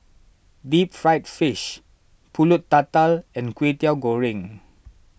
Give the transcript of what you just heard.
Deep Fried Fish Pulut Tatal and Kwetiau Goreng